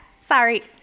Sorry